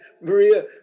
Maria